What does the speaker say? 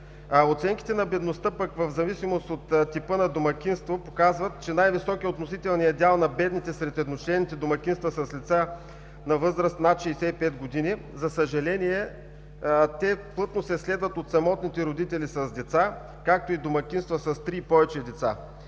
Оценките на бедността в зависимост от типа на домакинство, показват, че най-висок е относителният дял на бедните сред едночленните домакинства с лица на възраст над 65 г. За съжаление те плътно се следват от самотните родители с деца, както и домакинства с три и повече деца.